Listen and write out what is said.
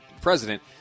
president